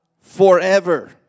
forever